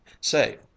say